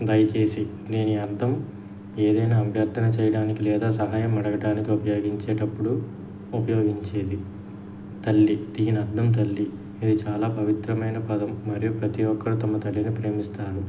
దయచేసి దీని అర్థం ఏదైనా అభ్యర్థన చెయ్యడానికి లేదా సహాయం అడగడానికి ఉపయోగించేటప్పుడు ఉపయోగించేది తల్లి దీనర్థం తల్లి ఇది చాలా పవిత్రమైన పదం మరియు ప్రతీ ఒక్కరు తమ తల్లిని ప్రేమిస్తారు